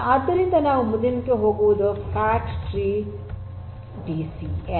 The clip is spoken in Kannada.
ಆದ್ದರಿಂದ ನಾವು ಮುಂದಿನದಕ್ಕೆ ಹೋಗುವುದು ಫ್ಯಾಟ್ ಟ್ರೀ ಡಿಸಿಎನ್